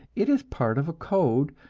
it is part of a code,